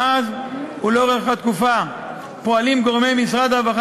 מאז ולכל אורך התקופה פועלים גורמי משרד הרווחה